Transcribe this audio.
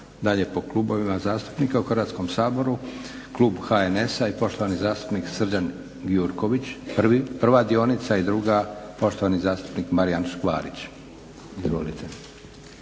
dalje po klubovima zastupnika u Hrvatskom saboru. Klub HNS-a i poštovani zastupnik Srđan Gjurković prva dionica i druga poštovani zastupnik Marijan Škvarić. Izvolite.